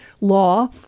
law